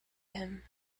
him